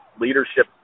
leadership